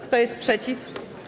Kto jest przeciw?